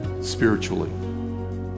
spiritually